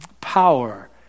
power